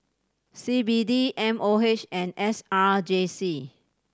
C B D M O H and S R J C